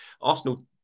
Arsenal